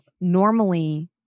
normally